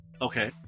Okay